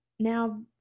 Now